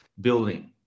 building